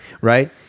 right